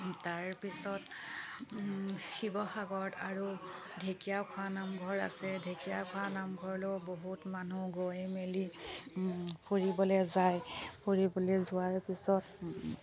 তাৰপিছত শিৱসাগৰ আৰু ঢেঁকীয়াখোৱা নামঘৰ আছে ঢেঁকীয়াখোৱা নামঘৰলৈয়ো বহুত মানুহ গৈ মেলি ফুৰিবলৈ যায় ফুৰিবলৈ যোৱাৰ পিছত